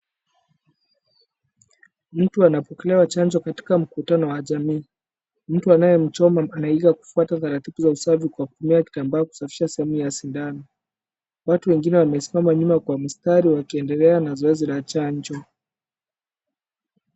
Mtu anapokelewa chanjo katika mkutano wa jamii. Mtu anayemchoma anaiga kufuata taratibu za usafi kwa kutumia kitambaa kusafisha sehemu ya sindano. Watu wengine wamesimama nyuma kwa mstari wakiendelea na zoezi la chanjo.